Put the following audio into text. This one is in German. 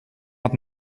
hat